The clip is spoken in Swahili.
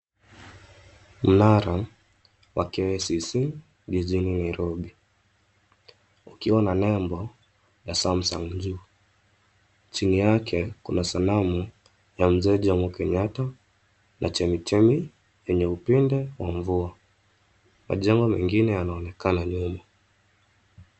Mnara wa KICC jijini Nairobi ukiwa na nembo ya Samsung juu. Chini yake kuna sanamu ya mzee Jomo Kenyatta na chemichemi yenye upinde wa mvua. Majengo mengine yanaonekana nyuma.